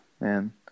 man